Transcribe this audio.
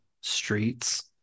streets